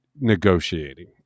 negotiating